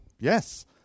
yes